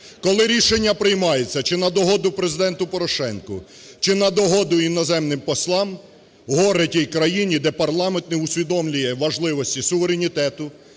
Коли рішення приймається чи на догоду Президенту Порошенку, чи на догоду іноземним послам, горе тій країні, де парламент не усвідомлює важливості суверенітету,